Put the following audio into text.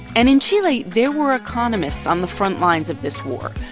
and in chile, there were economists on the front lines of this war.